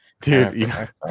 Dude